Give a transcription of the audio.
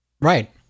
Right